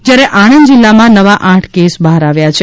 જ્યારે આણંદ જિલ્લામાં નવા આઠ કેસ બહાર આવ્યા છે